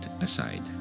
aside